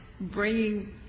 bringing